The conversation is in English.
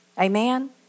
Amen